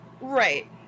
Right